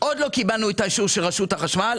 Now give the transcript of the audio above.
ועוד לא קיבלנו את האישור של רשות החשמל.